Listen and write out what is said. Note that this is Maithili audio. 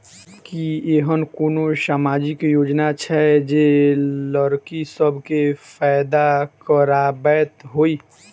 की एहेन कोनो सामाजिक योजना छै जे लड़की सब केँ फैदा कराबैत होइ?